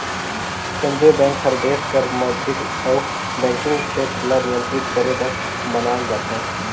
केंद्रीय बेंक हर देस कर मौद्रिक अउ बैंकिंग छेत्र ल नियंत्रित करे बर बनाल जाथे